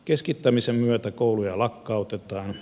keskittämisen myötä kouluja lakkautetaan